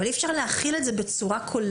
אבל אי אפשר להחיל את זה בצורה כוללת,